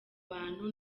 bantu